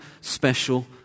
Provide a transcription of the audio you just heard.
special